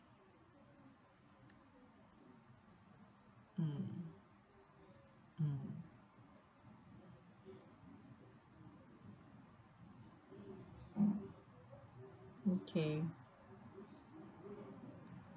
mm mm okay